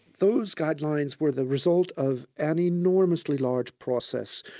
those guidelines were the result of an enormously large process.